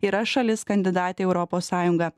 yra šalis kandidatė į europos sąjungą